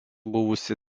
buvusi